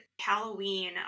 Halloween